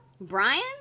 brian